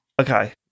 Okay